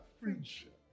friendship